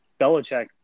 Belichick